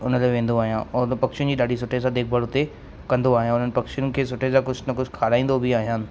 उन ते वेंदो आहियां और पक्षियुनि जी ॾाढी सुठे सां देखभाल हुते कंदो आहियां उन्हनि पक्षियुनि खे सुठे सां कुझु न कुझु खाराईंदो बि आहियां